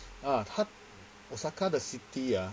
ah 他 osaka 的 city ah